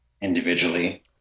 individually